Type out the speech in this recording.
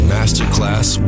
Masterclass